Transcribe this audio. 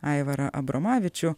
aivarą abromavičių